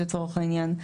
לצורך העניין.